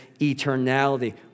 eternality